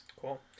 Cool